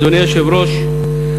אדוני היושב-ראש,